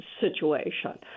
situation